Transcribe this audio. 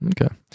Okay